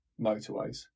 motorways